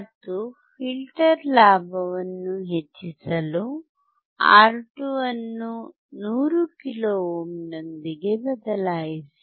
ಮತ್ತು ಫಿಲ್ಟರ್ ಲಾಭವನ್ನು ಹೆಚ್ಚಿಸಲು R2 ಅನ್ನು 100 ಕಿಲೋ ಓಮ್ನೊಂದಿಗೆ ಬದಲಾಯಿಸಿ